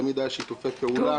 תמיד היו שיתופי פעולה